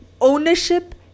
ownership